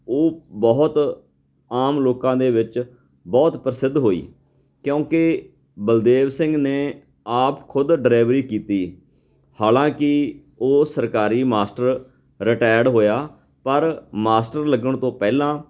ਉਹ ਬਹੁਤ ਆਮ ਲੋਕਾਂ ਦੇ ਵਿੱਚ ਬਹੁਤ ਪ੍ਰਸਿੱਧ ਹੋਈ ਕਿਉਂਕਿ ਬਲਦੇਵ ਸਿੰਘ ਨੇ ਆਪ ਖੁਦ ਡਰਾਈਵਰੀ ਕੀਤੀ ਹਾਲਾਂਕਿ ਉਹ ਸਰਕਾਰੀ ਮਾਸਟਰ ਰਿਟਾਇਰਡ ਹੋਇਆ ਪਰ ਮਾਸਟਰ ਲੱਗਣ ਤੋਂ ਪਹਿਲਾਂ